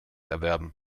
erwerben